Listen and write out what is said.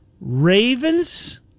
Ravens